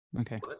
Okay